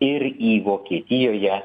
ir į vokietijoje